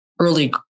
early